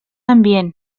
ambient